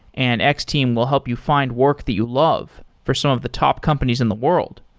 and x-team will help you find work that you love for some of the top companies in the world.